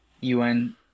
UN